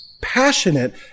passionate